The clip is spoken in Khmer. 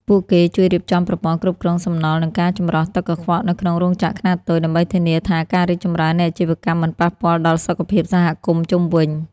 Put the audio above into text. ពួកគេជួយរៀបចំប្រព័ន្ធគ្រប់គ្រងសំណល់ និងការចម្រោះទឹកកខ្វក់នៅក្នុងរោងចក្រខ្នាតតូច ដើម្បីធានាថាការរីកចម្រើននៃអាជីវកម្មមិនប៉ះពាល់ដល់សុខភាពសហគមន៍ជុំវិញ។